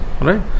Right